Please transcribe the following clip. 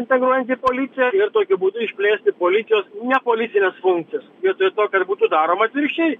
integruojant į policiją ir tokiu būdu išplėsti policijos nepolicines funkcijas vietoj to kad būtų daroma atvirkščiai